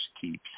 keeps